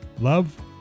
love